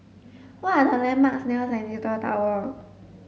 what are the landmarks near Centennial Tower